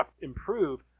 improve